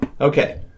Okay